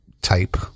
type